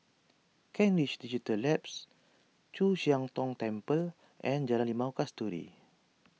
Kent Ridge Digital Labs Chu Siang Tong Temple and Jalan Limau Kasturi